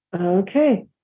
Okay